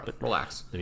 Relax